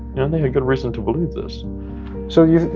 yeah they had good reason to believe this so yeah